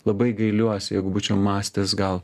labai gailiuosi jeigu būčiau mąstęs gal